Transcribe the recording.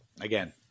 again